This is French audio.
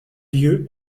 lieu